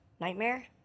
Nightmare